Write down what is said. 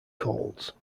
colds